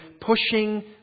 pushing